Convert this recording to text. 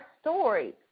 story